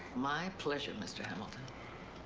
my pleasure, mr. hamilton.